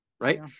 Right